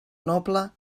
noble